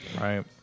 Right